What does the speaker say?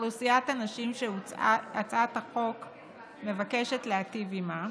אוכלוסיית הנשים שהצעת החוק מבקשת להיטיב עימה,